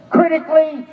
Critically